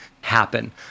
happen